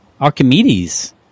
Archimedes